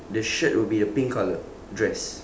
the shirt will be a pink colour dress